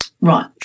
right